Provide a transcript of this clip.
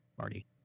Marty